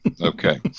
Okay